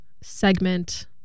segment